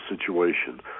situation